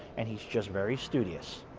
and he's just very studious.